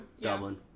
Dublin